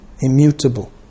Immutable